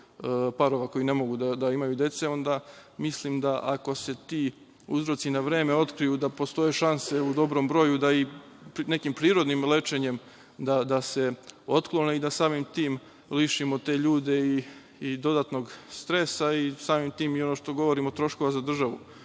parova koji ne mogu da imaju dece onda mislim da ako se ti uzroci na vreme otkriju, da postoje šanse u dobrom broju da i nekim prirodnim lečenjem, da se otklone i da samim tim lišimo te ljude i dodatnog stresa i samim tim, ono što govorimo, troškova za državu.